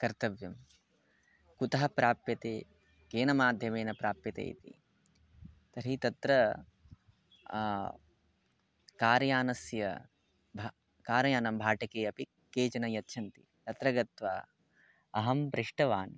कर्तव्यं कुतः प्राप्यते केन माध्यमेन प्राप्यते इति तर्हि तत्र कार्यानस्य भ कार्यानं भाटके अपि केचन यच्छन्ति अत्र गत्वा अहं पृष्टवान्